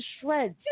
shreds